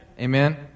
Amen